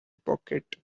pocket